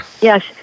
Yes